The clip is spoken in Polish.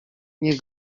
nie